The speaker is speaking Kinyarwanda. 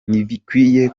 ntibikwiye